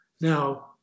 Now